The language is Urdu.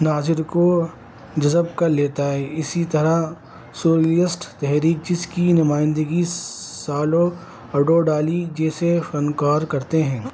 ناظر کو جذب کر لیتا ہے اسی طرح سورئسٹ تحریک جس کی نمائندگی سالواڈو ڈالی جیسے فنکار کرتے ہیں